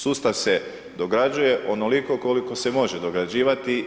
Sustav se dograđuje onoliko koliko se može dograđivati.